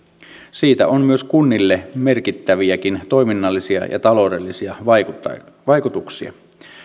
siitä on myös kunnille merkittäviäkin toiminnallisia ja taloudellisia vaikutuksia vaikutuksia